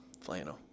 flannel